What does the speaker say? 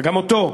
וגם אותו,